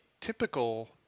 typical